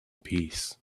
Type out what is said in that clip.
peace